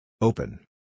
Open